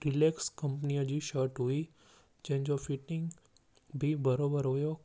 relax कंपनीअ जी shirt हुई जंहिंजो फिटिंग बि बराबरि हुओ